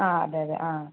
ആ അതെ അതെ ആ